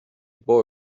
boy